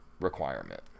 requirement